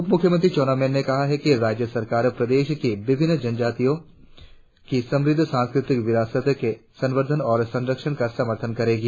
उप मुख्यमंत्री चाउना मैन ने कहा है कि राज्य सरकार प्रदेश की विभिन्न जातियों की समुद्ध सांस्कृतिक विरासत के संवर्धन और संरक्षण का समर्थन करेगी